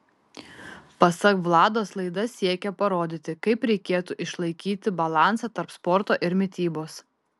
pasak vlados laida siekia parodyti kaip reikėtų išlaikyti balansą tarp sporto ir mitybos